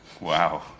Wow